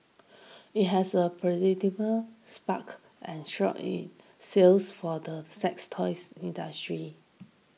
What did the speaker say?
it has a predicable sparked and short in sales for the sex toys industry